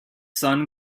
son